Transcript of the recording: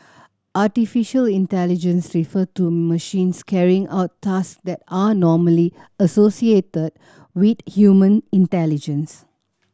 artificial intelligence refer to machines carrying out task that are normally associated with human intelligence